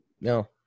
no